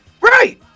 Right